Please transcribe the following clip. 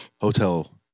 hotel